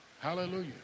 Hallelujah